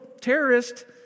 terrorist